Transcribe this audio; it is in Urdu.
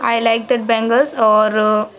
آئی لائک دیٹ بینگلس اور